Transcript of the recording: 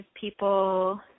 people